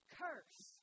curse